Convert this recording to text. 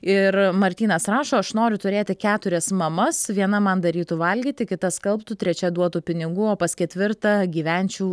ir martynas rašo aš noriu turėti keturias mamas viena man darytų valgyti kita skalbtų trečia duotų pinigų o pas ketvirtą gyvenčiau